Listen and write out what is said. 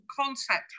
concept